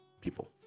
people